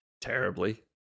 terribly